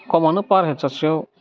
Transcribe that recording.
खमावनो per head सासेयाव